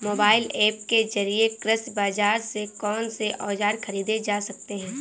Mobile app के जरिए कृषि बाजार से कौन से औजार ख़रीदे जा सकते हैं?